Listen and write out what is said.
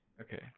Okay